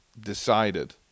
decided